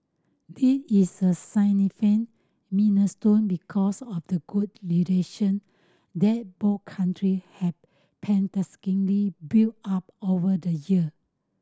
it is a minor stone because of the good relation that both country have painstakingly built up over the year